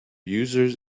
users